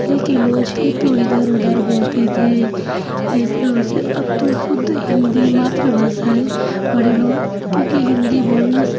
पहले के लोग थे तो इधर उधर बोलते थे ऐसे वैसे अब तो शुद्ध हिंदी मातृभाषा है बड़े लोग क्योंकि हिंदी बोलना सबसे